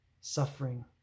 suffering